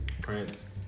Prince